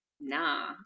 nah